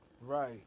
Right